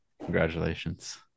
Congratulations